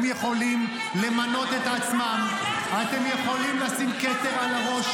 הם יכולים למנות את עצמם -- אנחנו לא ממנים לעצמנו.